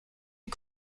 est